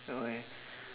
okay